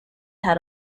had